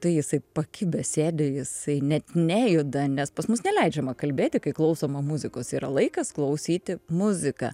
tai jisai pakibęs sėdi jisai net nejuda nes pas mus neleidžiama kalbėti kai klausoma muzikos yra laikas klausyti muziką